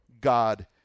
God